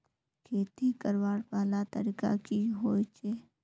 खेती करवार पहला तरीका की होचए?